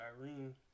Irene